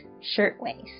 shirtwaist